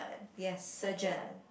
yes surgeon